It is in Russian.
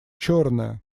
черная